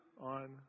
on